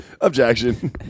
Objection